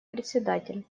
председатель